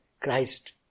Christ